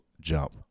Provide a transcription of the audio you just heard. Jump